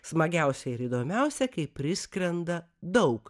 smagiausia ir įdomiausia kai priskrenda daug